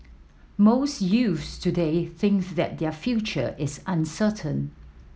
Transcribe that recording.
most youths today thinks that their future is uncertain